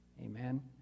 Amen